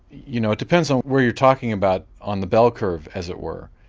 you know it depends on where you're talking about on the bell curve as it were.